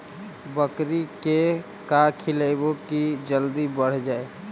बकरी के का खिलैबै कि जल्दी बढ़ जाए?